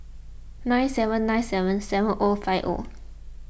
nine seven nine seven seven O five O